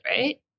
right